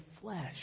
flesh